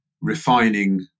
refining